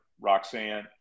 Roxanne